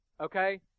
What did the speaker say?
Okay